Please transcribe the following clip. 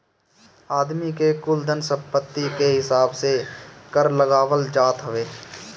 आदमी के कुल धन सम्पत्ति कअ हिसाब से कर लगावल जात हवे